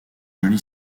joli